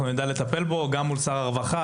אנחנו נדע לטפל בו גם מול שר הרווחה,